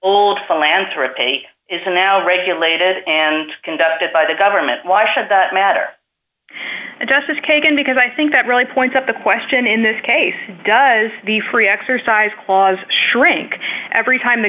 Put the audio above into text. old philanthropies is now regulated and conducted by the government why should that matter justice kagan because i think that really points up the question in this case does the free exercise clause shrink every time the